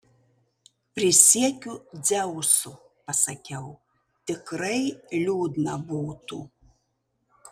prisiekiu dzeusu pasakiau tikrai liūdna būtų